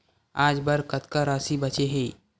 आज बर कतका राशि बचे हे?